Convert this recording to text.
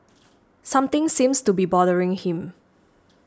something seems to be bothering him